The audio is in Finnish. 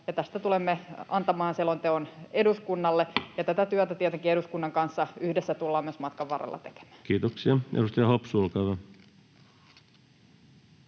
tästä tulemme antamaan selonteon eduskunnalle, ja tätä työtä tietenkin eduskunnan kanssa yhdessä tullaan myös matkan varrella tekemään. Kiitoksia. — Edustaja Hopsu, olkaa